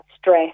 stress